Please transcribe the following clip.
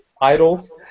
idols